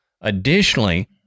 Additionally